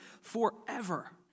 forever